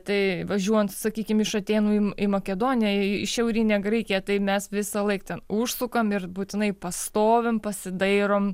tai važiuojant sakykim iš atėnų į makedoniją į šiaurinę graikiją tai mes visą laiką ten užsukam ir būtinai pastovim pasidairom